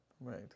Right